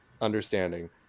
understanding